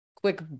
quick